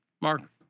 Mark